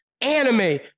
Anime